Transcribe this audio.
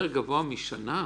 יותר גבוה משנה?